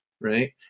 Right